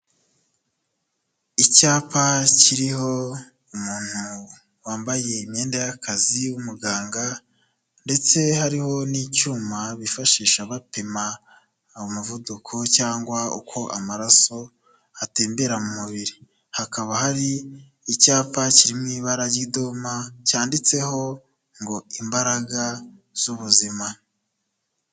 Icyapa kiriho umuntu wambaye imyenda y'akazi w'umuganga ndetse hariho n'icyuma bifashisha bapima umuvuduko cyangwa uko amaraso atembera mu mubiri, hakaba hari icyapa kiri mu ibara ry'iduma cyanditseho ngo imbaraga z'ubuzima.